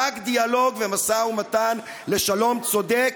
רק דיאלוג ומשא ומתן לשלום צודק,